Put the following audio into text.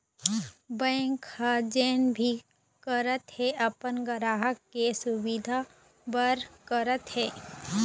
bank ह जेन भी करत हे अपन गराहक के सुबिधा बर करत हे